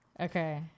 Okay